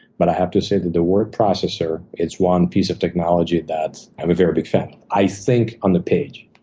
but i have to say that the word processor is one piece of technology that i'm a very big fan of. i think on the page.